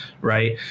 right